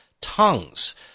tongues